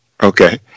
Okay